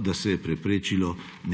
da se je preprečilo